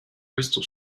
crystal